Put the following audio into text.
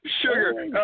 Sugar